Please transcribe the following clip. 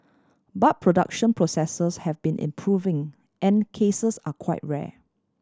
but production processes have been improving and cases are quite rare